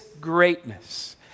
greatness